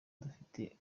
dufite